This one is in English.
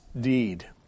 deed